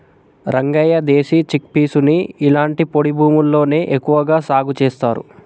రంగయ్య దేశీ చిక్పీసుని ఇలాంటి పొడి భూముల్లోనే ఎక్కువగా సాగు చేస్తారు